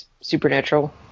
supernatural